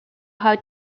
how